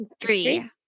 Three